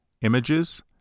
Images